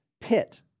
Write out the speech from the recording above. pit